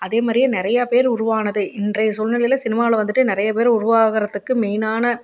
அதே மாதிரியே நிறையா பேர் உருவானது இன்றைய சூழ்நிலையில் சினிமாவில் வந்துட்டு நிறைய பேர் உருவாகுகிறதுக்கு மெயினான